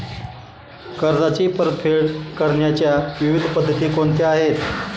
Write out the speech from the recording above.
कर्जाची परतफेड करण्याच्या विविध पद्धती कोणत्या आहेत?